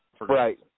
Right